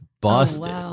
Busted